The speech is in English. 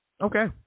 okay